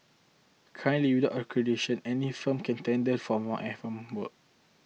currently without accreditation any firm can tender for F M work